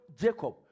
Jacob